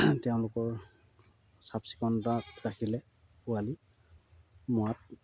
তেওঁলোকৰ চাফ চিকুণতাত ৰাখিলে পোৱালি মৰা